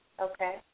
Okay